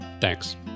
Thanks